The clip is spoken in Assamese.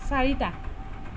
চাৰিটা